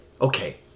okay